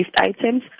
items